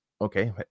Okay